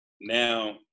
now